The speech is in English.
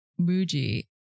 Muji